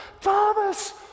thomas